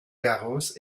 garros